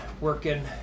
working